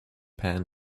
pan